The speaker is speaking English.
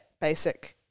basic